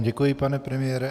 Děkuji vám, pane premiére.